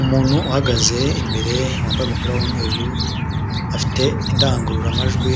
Umuntu uhagaze imbere, wambaye umupira w'umweru, afite indangururamajwi